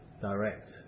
direct